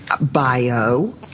bio